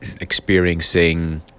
experiencing